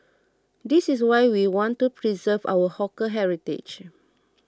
this is why we want to preserve our hawker heritage